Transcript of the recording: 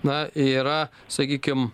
na yra sakykim